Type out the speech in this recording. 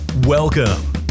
welcome